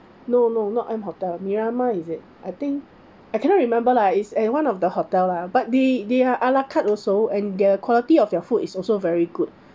no no not m hotel miramar is it I think I cannot remember lah is at one of the hotel lah but they there are ala carte also and the quality of their food is also very good